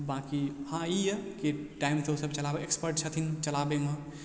बाँकी हँ ई यऽ कि टाइमसँ उ सब चलाबय एक्सपर्ट छथिन चलाबयमे